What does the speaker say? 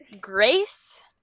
Grace